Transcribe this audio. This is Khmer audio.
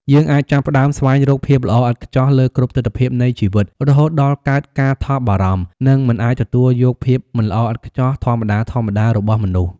យើងអាចចាប់ផ្ដើមស្វែងរកភាពល្អឥតខ្ចោះលើគ្រប់ទិដ្ឋភាពនៃជីវិត រហូតដល់កើតការថប់បារម្ភ និងមិនអាចទទួលយកភាពមិនល្អឥតខ្ចោះធម្មតាៗរបស់មនុស្ស។